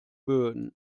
böen